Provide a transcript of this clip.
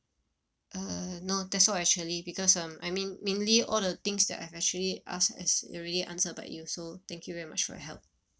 uh no that's all actually because um I mean mainly all the things that I've actually asked has already answered by you so thank you very much for your help